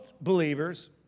believers